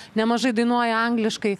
nemažai dainuoja angliškai